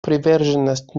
приверженность